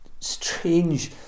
Strange